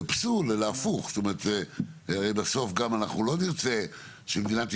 הפוך הפכנו בחוק ולא מצאתי התייחסות לנושאים הבטיחותיים,